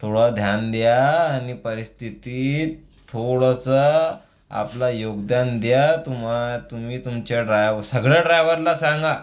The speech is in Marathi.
थोडं ध्यान द्या आणि परिस्थितीत थोडंसं आपला योगदान द्या तुम्हा तुम्ही तुमच्या ड्राय सगळ्या ड्रायवरला सांगा